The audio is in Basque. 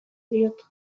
diot